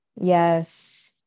Yes